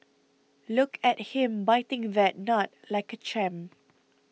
look at him biting that nut like a champ